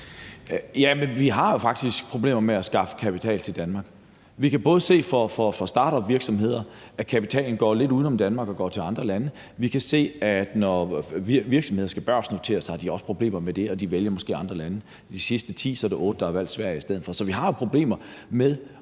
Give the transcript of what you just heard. jo faktisk problemer med at skaffe kapital til Danmark. Vi kan se i forhold til startupvirksomheder, at kapitalen går lidt uden om Danmark og går til andre lande. Vi kan se, at når virksomheder skal børsnoteres, har de problemer med det, og de vælger måske andre lande. Af de sidste ti er der otte, der har valgt Sverige i stedet for. Så vi har problemer med